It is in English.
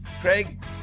Craig